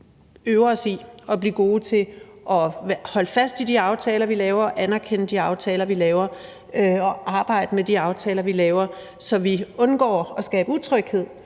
øver os i at blive gode til at holde fast i de aftaler, vi laver, og anerkende de aftaler, vi laver, og arbejde med de aftaler, vi laver, så vi undgår at skabe utryghed